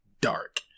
dark